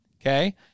Okay